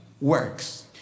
works